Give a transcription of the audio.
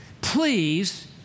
please